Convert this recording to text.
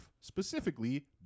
specifically